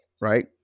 right